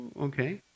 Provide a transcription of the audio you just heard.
Okay